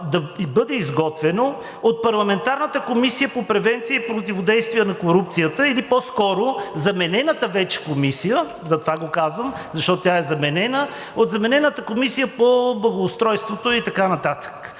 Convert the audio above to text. да бъде изготвено от парламентарната Комисия по превенция и противодействие на корупцията, или по-скоро заменената вече комисия – затова го казвам, защото тя е заменена – от заменената Комисия по благоустройството и така нататък.